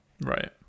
right